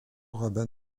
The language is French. rabbin